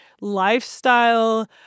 lifestyle